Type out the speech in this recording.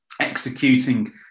executing